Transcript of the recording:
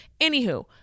Anywho